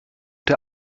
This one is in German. der